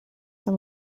from